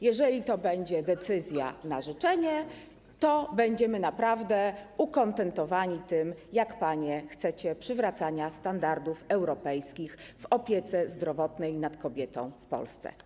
Jeżeli to będzie decyzja na życzenie, to będziemy naprawdę ukontentowani tym, jak panie chcecie przywracania standardów europejskich w opiece zdrowotnej nad kobietą w Polsce.